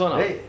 then